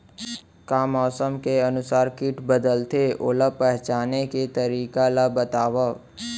का मौसम के अनुसार किट बदलथे, ओला पहिचाने के तरीका ला बतावव?